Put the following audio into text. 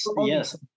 Yes